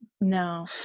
No